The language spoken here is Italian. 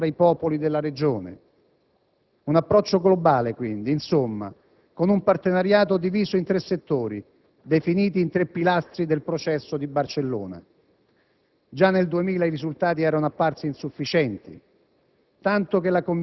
l'implementazione del dialogo, della comprensione e della tolleranza fra i popoli della Regione. Un approccio globale, insomma, con un partenariato diviso in tre settori definiti i «tre pilastri del processo di Barcellona».